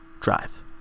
drive